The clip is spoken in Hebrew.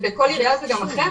ואצל כל עירייה זה אחרת,